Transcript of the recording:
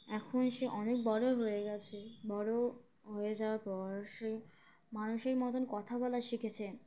এখন সে অনেক বড়ো হয়ে গেছে বড়ো হয়ে যাওয়ার পর সে মানুষের মতন কথা বলা শিখেছে